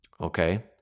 Okay